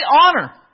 honor